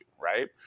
right